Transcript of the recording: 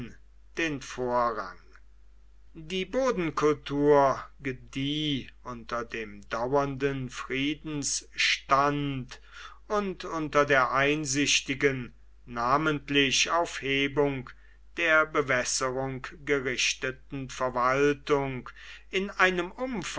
den vorrang die bodenkultur gedieh unter dem dauernden friedensstand und unter der einsichtigen namentlich auf hebung der bewässerung gerichteten verwaltung in einem